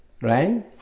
right